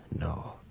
no